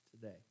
today